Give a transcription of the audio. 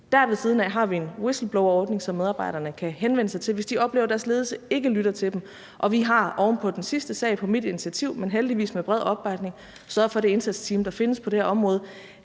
Ved siden af det har vi en whistleblowerordning, som medarbejderne kan henvende sig til, hvis de oplever, at deres ledelse ikke lytter til dem. Og vi har oven på den sidste sag på mit initiativ, men heldigvis med bred opbakning sørget for, at det indsatsteam, der findes på det her område,